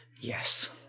Yes